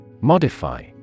Modify